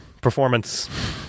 Performance